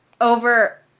over